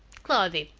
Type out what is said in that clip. cloudy,